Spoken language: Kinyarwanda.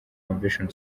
convention